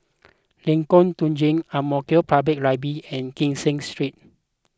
Lengkong Tujuh Ang Mo Kio Public Library and Kee Seng Street